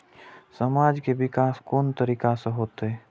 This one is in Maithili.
समाज के विकास कोन तरीका से होते?